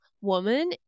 woman